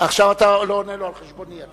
ישראל ביתנו,